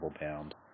bound